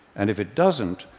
and if it doesn't,